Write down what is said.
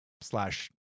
slash